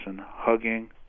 hugging